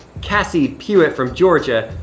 cassie puett from georgia,